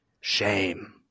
Shame